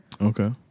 Okay